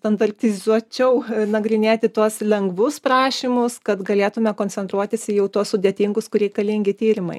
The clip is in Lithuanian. standartizuočiau a nagrinėti tuos lengvus prašymus kad galėtume koncentruotis į jau tuos sudėtingus kur reikalingi tyrimai